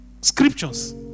Scriptures